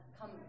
come